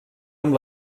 amb